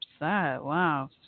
Wow